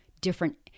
different